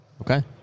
Okay